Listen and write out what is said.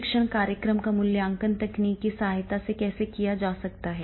प्रशिक्षण कार्यक्रम का मूल्यांकन तकनीक की सहायता से कैसे किया जा सकता है